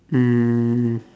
um